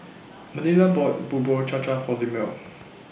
Manilla bought Bubur Cha Cha For Lemuel